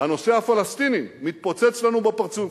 הנושא הפלסטיני מתפוצץ לנו בפרצוף.